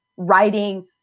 writing